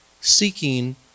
seeking